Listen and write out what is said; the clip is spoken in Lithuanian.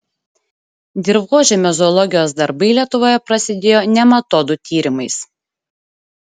dirvožemio zoologijos darbai lietuvoje prasidėjo nematodų tyrimais